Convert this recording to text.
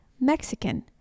Mexican